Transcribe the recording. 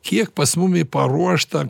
kiek pas mumi paruošta